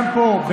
גם פה,